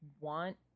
want